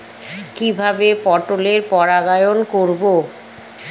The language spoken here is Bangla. কিভাবে পটলের পরাগায়ন করব?